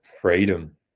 freedom